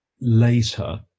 later